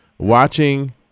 Watching